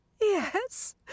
Yes